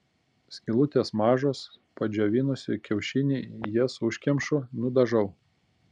skylutės mažos padžiovinusi kiaušinį jas užkemšu nudažau